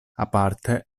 aparte